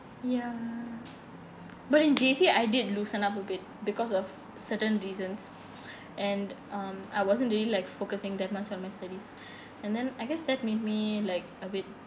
ya but in J_C I did loosen up a bit because of certain reasons and um I wasn't really like focusing that much on my studies and then I guess that made me like a bit